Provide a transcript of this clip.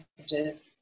messages